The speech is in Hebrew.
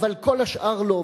אבל כל השאר לא,